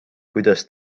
kuidas